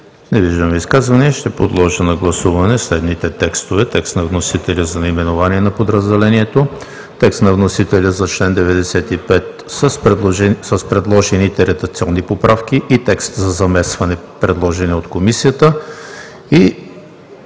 Не виждам? Подлагам на гласуване следните текстове: текст на вносителя за наименование на подразделението; текст на вносителя за чл. 95 с предложените редакционни поправки и текст за заместване, предложени от Комисията;